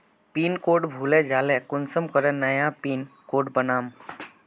Pin code भूले जाले कुंसम करे नया पिन कोड बनाम?